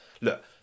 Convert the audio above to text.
look